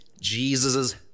Jesus